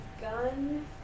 gun